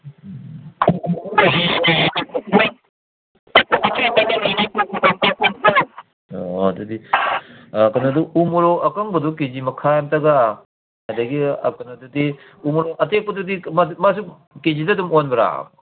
ꯑꯣ ꯑꯗꯨꯗꯤ ꯀꯩꯅꯣꯗꯨ ꯎ ꯃꯣꯔꯣꯛ ꯑꯀꯪꯕꯗꯨ ꯀꯦ ꯖꯤ ꯃꯈꯥꯏ ꯑꯝꯇꯒ ꯑꯗꯒꯤ ꯀꯩꯅꯣꯗꯨꯗꯤ ꯎ ꯃꯣꯔꯣꯛ ꯑꯇꯦꯛꯄꯗꯨꯗꯤ ꯃꯥꯁꯨ ꯀꯦ ꯖꯤꯗ ꯑꯗꯨꯝ ꯑꯣꯟꯕꯔꯥ